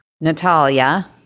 Natalia